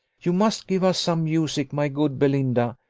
you must give us some music, my good belinda,